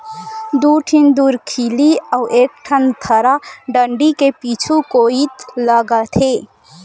दू ठिन धुरखिली अउ एक ठन थरा डांड़ी के पीछू कोइत लागथे